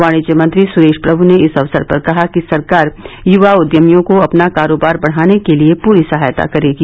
वाणिज्य मंत्री सुरेश प्रमु ने इस अवसर पर कहा कि सरकार युवा उद्यमियों को अपना कारोबार बढ़ाने के लिए पूरी सहायता देगी